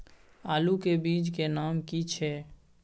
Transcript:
आलू के बीज के नाम की छै?